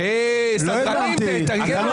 ------ זה לשיקול